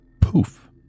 poof